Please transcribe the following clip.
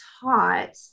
taught